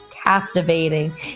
captivating